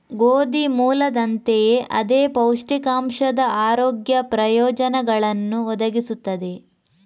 ಗೋಧಿ ಮೂಲದಂತೆಯೇ ಅದೇ ಪೌಷ್ಟಿಕಾಂಶದ ಆರೋಗ್ಯ ಪ್ರಯೋಜನಗಳನ್ನು ಒದಗಿಸುತ್ತದೆ